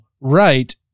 right